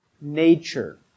nature